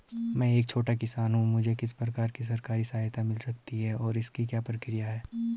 मैं एक छोटा किसान हूँ मुझे किस प्रकार की सरकारी सहायता मिल सकती है और इसकी क्या प्रक्रिया है?